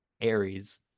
Aries